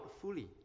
fully